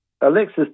Alexis